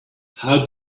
how